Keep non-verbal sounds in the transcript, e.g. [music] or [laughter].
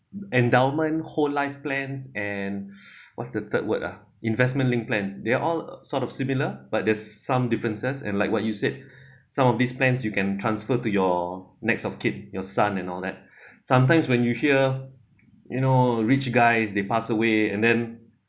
endowment whole life plan and [breath] what's the third word ah investment linked plan they're all sort of similar but there's some differences and like what you said some of these plans you can transfer to your next of kid your son and all that [breath] sometimes when you hear you know rich guys they pass away and then